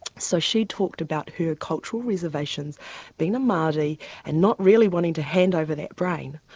so she talked about her cultural reservations being a maori and not really wanting to hand over that brain.